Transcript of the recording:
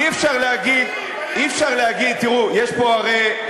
אי-אפשר להגיד, אבל היה כסף, תראו, יש פה הרי,